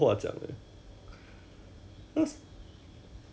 because 两个 office lady 是 mah